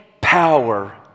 power